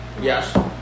Yes